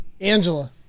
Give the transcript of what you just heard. Angela